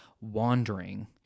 wandering